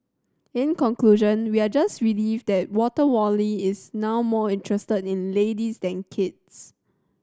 in conclusion we are just relieved that Water Wally is now more interested in ladies than kids